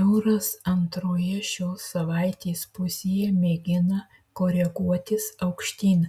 euras antroje šio savaitės pusėje mėgina koreguotis aukštyn